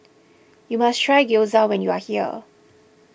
you must try Gyoza when you are here